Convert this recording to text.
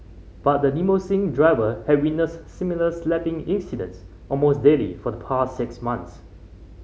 but the limousine driver had witnessed similar slapping incidents almost daily for the past six months